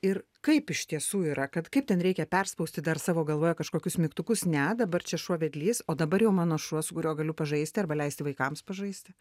ir kaip iš tiesų yra kad kaip ten reikia perspausti dar savo galvoje kažkokius mygtukus ne dabar čia šuo vedlys o dabar jau mano šuo su kuriuo galiu pažaisti arba leisti vaikams pažaisti